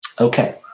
Okay